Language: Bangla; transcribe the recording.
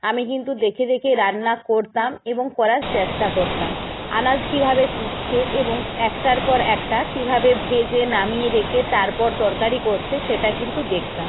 আমি কিন্তু দেখে দেখে রান্না করতাম এবং করার চেষ্টা করতাম আনাজ কীভাবে কুটছে এবং একটার পর একটা কীভাবে ভেজে নামিয়ে রেখে তারপর তরকারি করছে সেটা কিন্তু দেখতাম